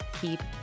keep